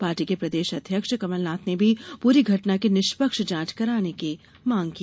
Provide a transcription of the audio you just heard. party के प्रदेश अध्यक्ष कमलनाथ ने भी पूरी घटना की निष्पक्ष जांच कराने की मांग की